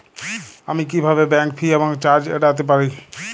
আমি কিভাবে bank fee এবং চার্জ এড়াতে পারি?